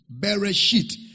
Bereshit